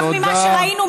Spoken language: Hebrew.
כבר עכשיו ממה שראינו,